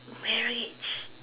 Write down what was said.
marriage